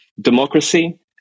democracy